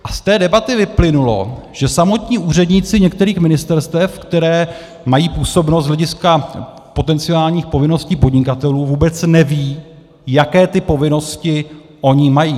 A z té debaty vyplynulo, že samotní úředníci některých ministerstev, kteří mají působnost z hlediska potenciálních povinností podnikatelů, vůbec nevědí, jaké ty povinnosti oni mají.